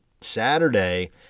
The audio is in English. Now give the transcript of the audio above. Saturday